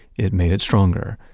it made it stronger.